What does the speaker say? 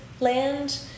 land